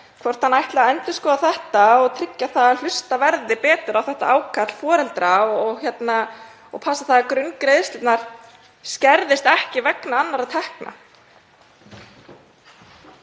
hvort hann ætli að endurskoða þetta og tryggja það að hlustað verði betur á þetta ákall foreldra og passa að grunngreiðslurnar skerðist ekki vegna annarra tekna.